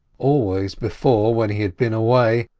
always before, when he had been away,